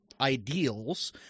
ideals